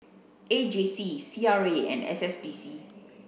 A J C C R A and S S D C